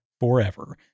forever